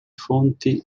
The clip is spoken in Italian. fonti